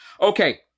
Okay